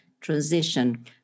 transition